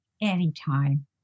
Anytime